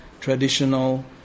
traditional